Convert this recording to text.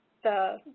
the